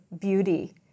beauty